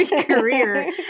career